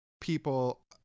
people